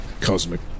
cosmic